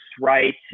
right